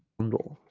bundle